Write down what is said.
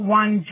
one